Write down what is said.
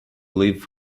live